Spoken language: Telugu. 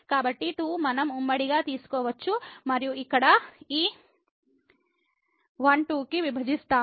కాబట్టి 2 మనం ఉమ్మడిగా తీసుకోవచ్చు మరియు ఇక్కడ ఈ 12 కి విభజిస్తాము